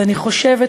ואני חושבת,